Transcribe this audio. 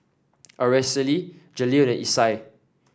Aracely Jaleel and Isai